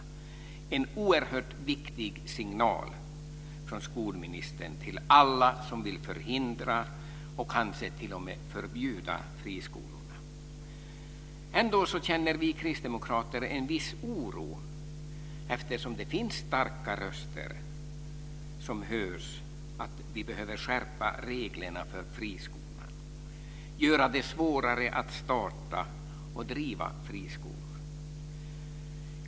Det är en oerhört viktig signal från skolministern till alla som vill förhindra och kanske t.o.m. förbjuda friskolorna. Ändå känner vi kristdemokrater en viss oro eftersom det finns starka röster för att skärpa reglerna för friskolan och göra det svårare att starta och driva friskolor.